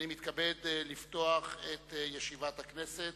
אני מתכבד לפתוח את ישיבת הכנסת.